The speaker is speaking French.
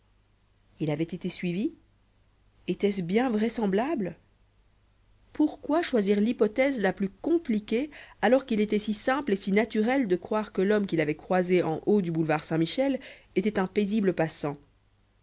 il avait été suivi était-ce bien vraisemblable pourquoi choisir l'hypothèse la plus compliquée alors qu'il était si simple et si naturel de croire que l'homme qu'il avait croisé en haut du boulevard saint-michel était un paisible passant